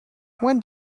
when